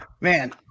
man